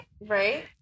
right